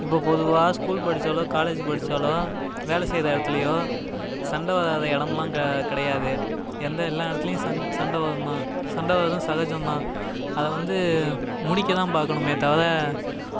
இப்போ பொதுவாக ஸ்கூல் படிச்சாலோ காலேஜ் படிச்சாலோ வேலை செய்யுற இடத்துலையோ சண்ட வராத இடம்லாம் கெ கிடையாது எந்த எல்லா இடத்துலையும் சண் சண்டை வரும் தான் சண்டை வரதும் சகஜந்தான் அதை வந்து முடிக்க தான் பார்க்கணுமே தவிர